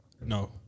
No